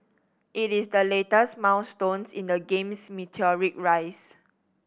it is the latest milestone in the game's meteoric rise